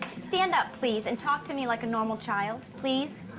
stand up, please, and talk to me like a normal child. please.